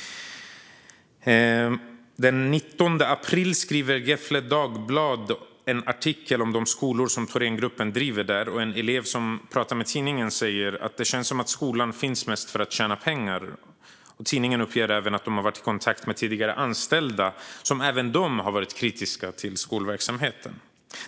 skola. Den 19 april skriver Gefle Dagblad en artikel om de skolor som Thorengruppen driver i Gävle. En elev som pratar med tidningen säger att det känns som att skolan mest finns för att tjäna pengar. Tidningen uppger också att den varit i kontakt med tidigare anställda som även de varit kritiska till skolverksamheten.